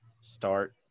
Start